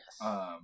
Yes